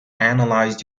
analyzed